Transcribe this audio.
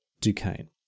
Duquesne